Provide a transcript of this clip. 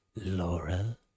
Laura